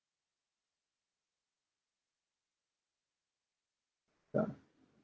done